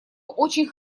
очень